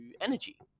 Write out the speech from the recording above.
energy